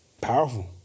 Powerful